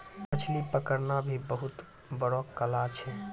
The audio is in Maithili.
मछली पकड़ना भी बहुत बड़ो कला छै